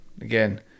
again